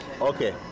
Okay